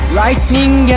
lightning